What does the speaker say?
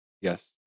yes